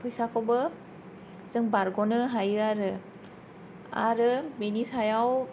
फैसाखौबो जों बारगनो हायो आरो आरो बिनि सायाव